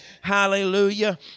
Hallelujah